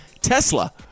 Tesla